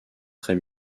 très